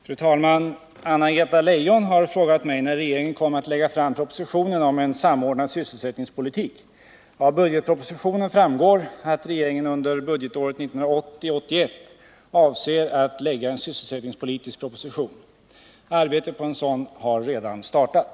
Fru talman! Anna-Greta Leijon har frågat mig när regeringen kommer att lägga fram propositionen om en samordnad sysselsättningspolitik. Av budgetpropositionen framgår att regeringen under budgetåret 1980/81 avser att lägga en sysselsättningspolitisk proposition. Arbetet på en sådan har redan startat.